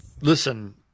listen